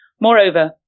Moreover